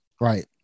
right